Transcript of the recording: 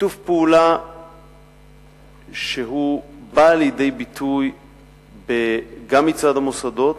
שיתוף פעולה שבא לידי ביטוי גם מצד המוסדות,